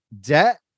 debt